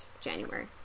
January